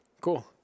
Cool